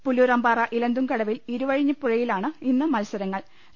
പുല്ലൂരാംപാറ ഇലന്തുംകടവിൽ ഇരുവഴിഞ്ഞിപ്പുഴ യിലാണ് ഇന്ന് മത്സരങ്ങൾ്